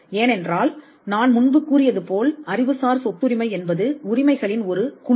ஏனென்றால் நான் முன்பு கூறியது போல் அறிவுசார் சொத்துரிமை என்பது உரிமைகளின் ஒரு குழு